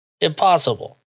Impossible